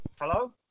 Hello